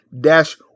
dash